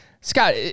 Scott